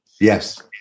Yes